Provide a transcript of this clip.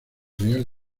real